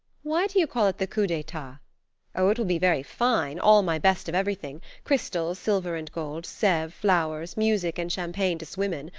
why do you call it the coup d'etat oh! it will be very fine all my best of everything crystal, silver and gold, sevres, flowers, music, and champagne to swim in.